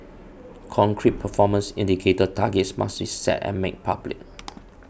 concrete performance indicator targets must be set and made public